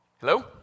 Hello